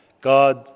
God